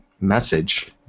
message